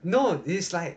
no it is like